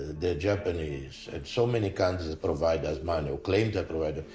the japanese and so many countries provide us money, or claim to have provided.